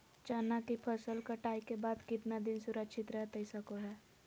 चना की फसल कटाई के बाद कितना दिन सुरक्षित रहतई सको हय?